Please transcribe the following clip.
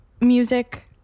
music